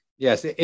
Yes